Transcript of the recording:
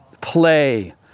play